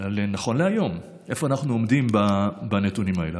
נכון להיום, איפה אנחנו עומדים בנתונים האלה.